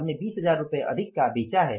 हमने 20000 रुपये अधिक का बेचा है